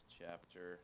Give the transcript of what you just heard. chapter